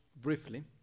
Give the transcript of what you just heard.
briefly